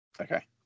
Okay